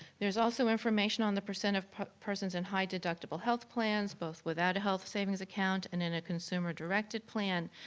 there's also information on the percent of persons in high deductible health plans, both without a health savings account and in a consumer-directed plan.